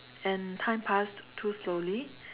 and time passed too slowly